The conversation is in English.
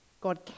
God